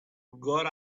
got